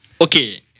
Okay